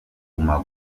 guma